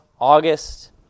August